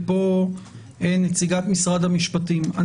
היועצת המשפטית.